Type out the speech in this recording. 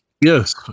Yes